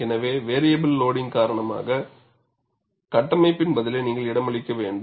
எனவே variable loading காரணமாக கட்டமைப்பின் பதிலை நீங்கள் இடமளிக்க வேண்டும்